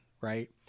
right